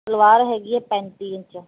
ਸਲਵਾਰ ਹੈਗੀ ਹੈ ਪੈਂਤੀ ਇੰਚ